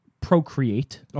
procreate